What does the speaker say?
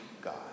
God